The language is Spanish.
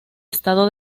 estado